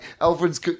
Alfred's